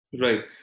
Right